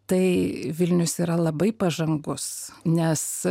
tai vilnius yra labai pažangus nes